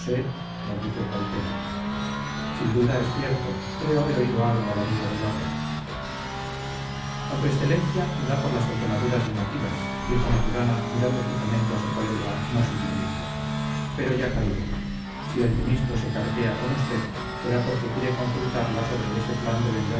sé balbució calpena sin duda es cierto creo haber oído algo al amigo milagro a su excelencia le da por las botonaduras llamativas dijo maturana mirando fijamente a su colega no sin malicia pero ya caigo si el ministro se cartea con usted será porque quiere consultarla sobre ese plan de